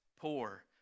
poor